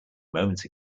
moments